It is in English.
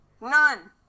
None